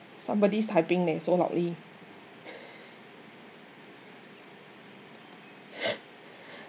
somebody's typing leh so loudly